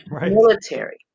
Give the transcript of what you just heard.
Military